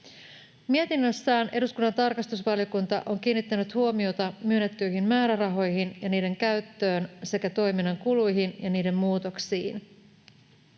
Mietinnössään eduskunnan tarkastusvaliokunta on kiinnittänyt huomiota myönnettyihin määrärahoihin ja niiden käyttöön sekä toiminnan kuluihin ja niiden muutoksiin.